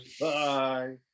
Bye